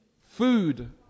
Food